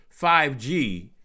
5G